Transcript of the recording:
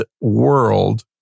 world